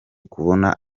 kubona